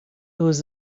was